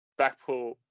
Backpool